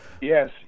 Yes